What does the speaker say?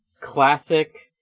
Classic